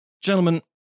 Gentlemen